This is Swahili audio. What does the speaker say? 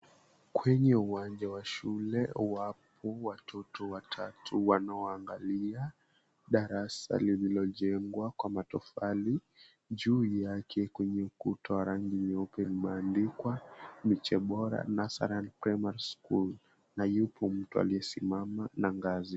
Kwenye uwanja wa shule, wapo watoto watatu wanaoangalia darasa lililojengwa kwa matofali. Juu yake kwenye ukuta wa rangi nyeupe limeandikwa, Miche Bora Nursery and Primary School. Na yupo mtu aliyesimama na ngazi.